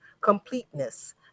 completeness